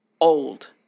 old